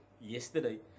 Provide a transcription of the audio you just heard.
yesterday